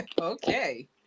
Okay